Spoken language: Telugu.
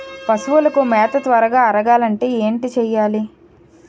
పశువులకు మేత త్వరగా అరగాలి అంటే ఏంటి చేయాలి?